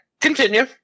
continue